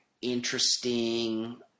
interesting